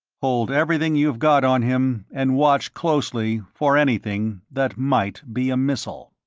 hold everything you've got on him, and watch closely for anything that might be a missile,